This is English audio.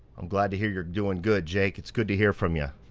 i'm glad to hear you're doing good, jake. it's good to hear from you. a